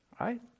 right